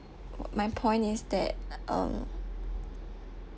my point is that um